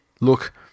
Look